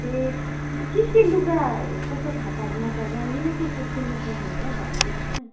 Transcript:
ए के के लुगाहरू कस्तो फाटाहरू म त जान्दिनँ के के किन्नुपर्ने होला भनिदिनु होस् न